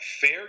fair